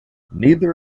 neither